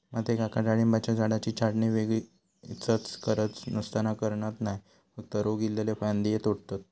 माझे काका डाळिंबाच्या झाडाची छाटणी वोगीचच गरज नसताना करणत नाय, फक्त रोग इल्लले फांदये तोडतत